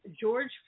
George